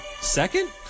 Second